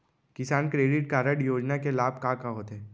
किसान credit card योजना के लाभ का का होथे?